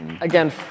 Again